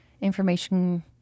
information